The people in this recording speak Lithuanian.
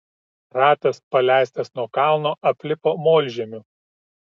ratas paleistas nuo kalno aplipo molžemiu